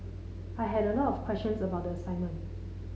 I had a lot of questions about the assignment